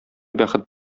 бәхет